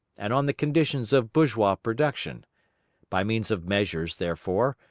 and on the conditions of bourgeois production by means of measures, therefore,